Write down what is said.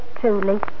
truly